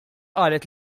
qalet